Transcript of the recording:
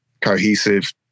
cohesive